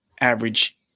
average